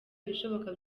ibishoboka